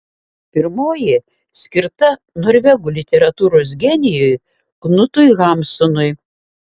pirmoji skirta norvegų literatūros genijui knutui hamsunui